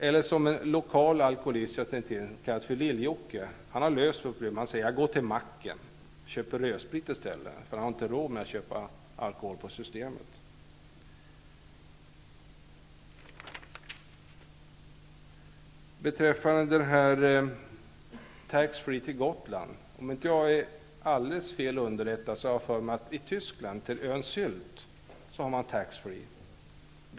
Eller också gör man som en lokal alkoholist som kallas för Lill-Jocke och som jag känner till brukar göra. Han har löst problemet genom att i stället gå till macken och köpa rödsprit, eftersom han inte har råd att köpa alkohol på Systemet. Gotlandsfärjorna vill jag säga följande. Om jag inte är alldeles fel underrättad har man taxfreeförsäljning på båtarna som går till den tyska ön Sylt.